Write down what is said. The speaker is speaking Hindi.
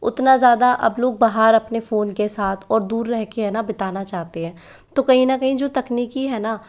उतना ज़्यादा अब लोग बाहर अपने फोन के साथ और दूर रह के है ना बिताना चाहते हैं तो कहीं ना कहीं जो तकनीकी है ना